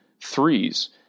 threes